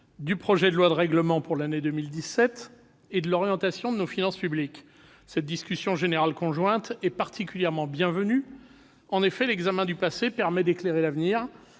du projet de loi de règlement pour l'année 2017 et de l'orientation de nos finances publiques. Cette discussion générale conjointe est particulièrement bienvenue. En effet, l'examen du passé permet d'éclairer l'avenir,